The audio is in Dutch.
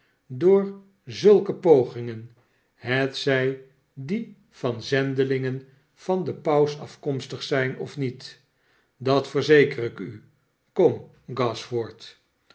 door zulke pogingen hetzij die van zendelingen van den paus afkomstig zijn of niet dat verzeker ik u kom